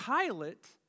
Pilate